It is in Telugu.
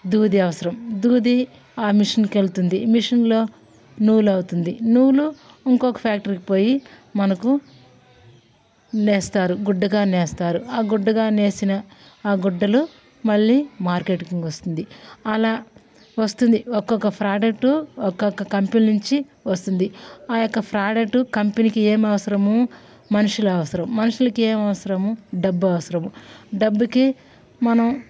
దూది అవసరం దూది ఆ మిషన్కి వెళ్తుంది మిషన్లో నూలు అవుతుంది నూలు ఇంకొక ఫ్యాక్టరీకి పోయి మనకు నేస్తారు గుడ్డగా నేస్తారు గుడ్డగా వేసిన ఆ గుడ్డలు మళ్ళీ మార్కెటింగ్ వస్తుంది అలా వస్తుంది ఒక్కొక్క ప్రోడక్ట్ ఒక్కొక్క కంపెనీ నుంచి వస్తుంది ఆ యొక్క ప్రోడక్ట్ కంపెనీకి ఏం అవసరము మనుషులు అవసరం మనుషులకి ఏం అవసరము డబ్బు అవసరం డబ్బుకి మనం